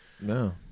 No